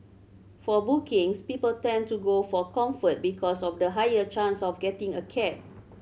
for bookings people tend to go for Comfort because of the higher chance of getting a cab